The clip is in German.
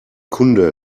kunde